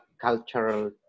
cultural